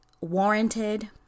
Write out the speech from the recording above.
warranted